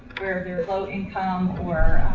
where they're low income or.